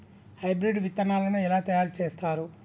Hybrid విత్తనాలను ఎలా తయారు చేస్తారు?